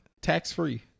Tax-free